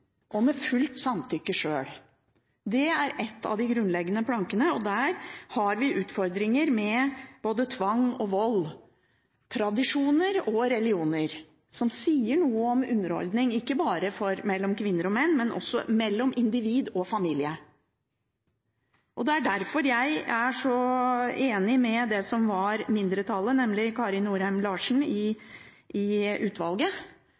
og med fullt samtykke. Det er en av grunnplankene, og der har vi utfordringer med både tvang og vold, tradisjoner og religioner, som sier noe om underordning, ikke bare mellom kvinner og menn, men også mellom individ og familie. Det er derfor jeg er så enig med mindretallet i utvalget, Kari Nordheim-Larsen, og det som jeg oppfatter at også representanten Marit Nybakk tar opp, nemlig at den første setningen i